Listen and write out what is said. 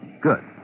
Good